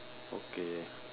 okay